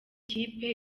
kipe